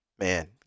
man